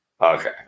okay